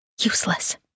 Useless